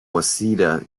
waseda